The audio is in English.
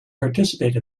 participate